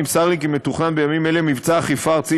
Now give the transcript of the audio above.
נמסר לי כי מתוכנן בימים אלה מבצע אכיפה ארצי